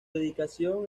dedicación